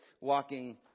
walking